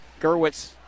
Gerwitz